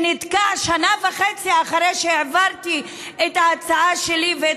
שנתקע שנה וחצי אחרי שהעברתי את ההצעה שלי ואת